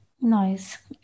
Nice